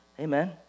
Amen